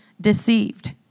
deceived